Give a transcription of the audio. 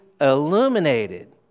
illuminated